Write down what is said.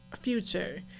Future